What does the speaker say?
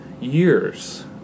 years